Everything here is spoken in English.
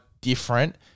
different